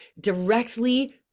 directly